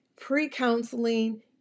Pre-counseling